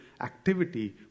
activity